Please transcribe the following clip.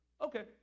Okay